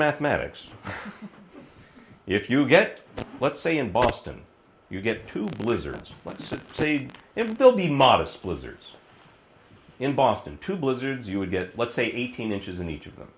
mathematics if you get let's say in boston you get two blizzards let's see if they'll be modest blizzards in boston two blizzards you would get let's say eighteen inches in each of them